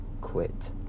quit